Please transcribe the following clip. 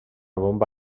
bomba